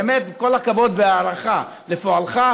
באמת עם כל הכבוד וההערכה לפועלך,